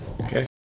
Okay